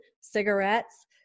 cigarettes